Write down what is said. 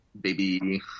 baby